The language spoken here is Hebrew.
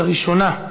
הראשונה,